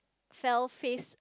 fell face